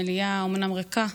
המליאה אומנם ריקה,